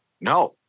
no